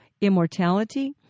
immortality